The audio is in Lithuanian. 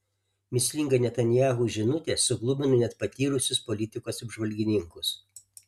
mįslinga netanyahu žinutė suglumino net patyrusius politikos apžvalgininkus